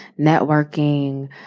networking